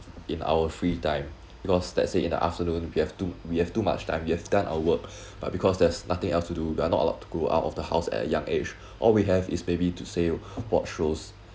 in our free time because let's say in the afternoon we have to we have too much time we've done our work but because there's nothing else to do we are not allowed to go out of the house at a young age all we have is maybe to say watch shows